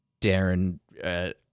Darren